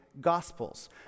gospels